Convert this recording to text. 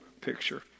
picture